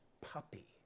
puppy